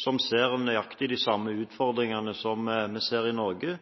som ser nøyaktig de samme utfordringer som vi ser i Norge